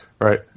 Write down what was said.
Right